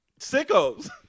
Sickos